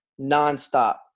nonstop